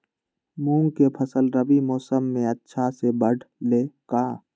मूंग के फसल रबी मौसम में अच्छा से बढ़ ले का?